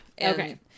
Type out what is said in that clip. Okay